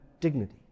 dignity